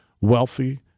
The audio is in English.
wealthy